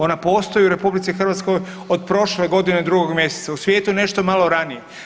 Ona postoji u RH od prošle godine od drugog mjeseca, u svijetu nešto malo ranije.